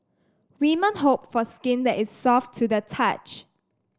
women hope for skin that is soft to the touch